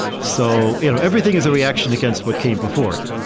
so you know everything is a reaction against what came before yeah